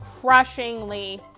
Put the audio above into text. crushingly